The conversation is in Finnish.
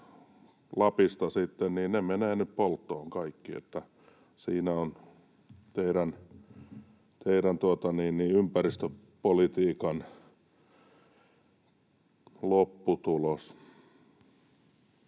Lapista sitten, ne menevät nyt polttoon kaikki, että siinä on teidän ympäristöpolitiikan lopputulos.